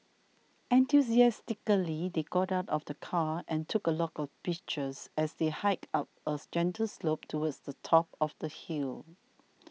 enthusiastically they got out of the car and took a lot of pictures as they hiked up a gentle slope towards the top of the hill